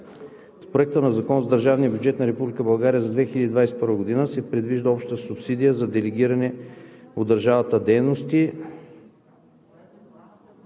С Проекта на закон за държавния бюджет на Република България за 2021 г. се предвижда обща субсидия за делегираните от държавата дейности